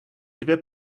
dvě